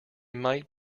might